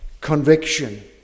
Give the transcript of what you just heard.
conviction